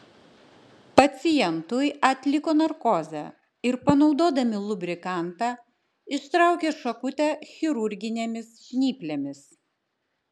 pacientui atliko narkozę ir panaudodami lubrikantą ištraukė šakutę chirurginėmis žnyplėmis